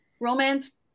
romance